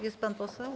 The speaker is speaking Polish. Jest pan poseł?